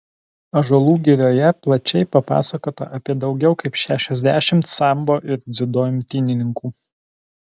ąžuolų girioje plačiai papasakota apie daugiau kaip šešiasdešimt sambo ir dziudo imtynininkų